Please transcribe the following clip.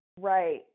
Right